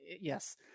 yes